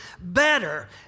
better